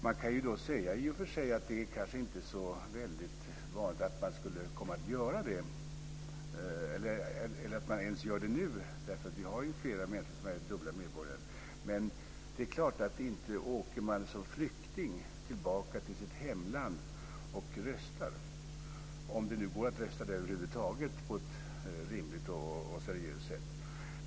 Man kan ju i och för sig säga att man kanske inte skulle göra det så ofta eller att man ens gör det nu. Vi har ju flera människor som har dubbla medborgarskap. Det är ju klart att man som flykting inte åker tillbaka till sitt hemland och röstar, om det nu går att rösta i det landet över huvud taget på ett rimligt och seriöst sätt.